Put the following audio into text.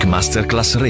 Masterclass